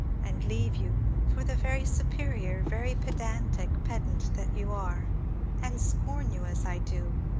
and leave you for the very superior, very pedantic pedant that you are and scorn you as i do,